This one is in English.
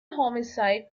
homicide